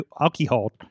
Alcohol